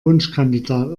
wunschkandidat